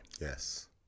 Yes